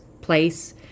place